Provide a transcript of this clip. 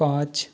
पाँच